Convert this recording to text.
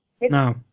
No